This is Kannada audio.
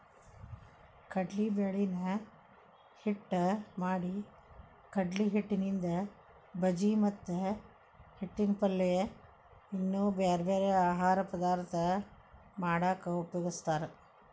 ಕಡ್ಲಿಬ್ಯಾಳಿನ ಹಿಟ್ಟ್ ಮಾಡಿಕಡ್ಲಿಹಿಟ್ಟಿನಿಂದ ಬಜಿ ಮತ್ತ ಹಿಟ್ಟಿನ ಪಲ್ಯ ಇನ್ನೂ ಬ್ಯಾರ್ಬ್ಯಾರೇ ಆಹಾರ ಪದಾರ್ಥ ಮಾಡಾಕ ಉಪಯೋಗಸ್ತಾರ